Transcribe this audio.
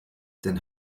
den